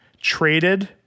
traded